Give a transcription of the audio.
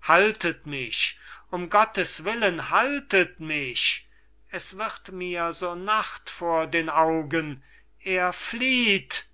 haltet mich um gottes willen haltet mich es wird mir so nacht vor den augen er flieht